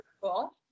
cool